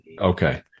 Okay